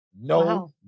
No